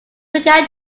began